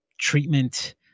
treatment